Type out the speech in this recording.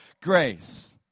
Grace